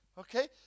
Okay